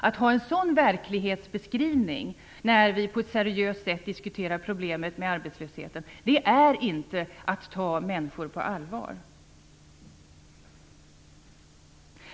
Att ha en sådan verklighetsbeskrivning när vi på ett seriöst sätt diskuterar problemet med arbetslösheten är inte att ta människor på allvar.